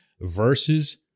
versus